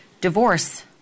divorce